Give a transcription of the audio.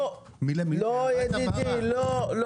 לא ידידי, לא.